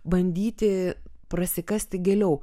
bandyti prasikasti giliau